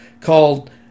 called